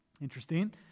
Interesting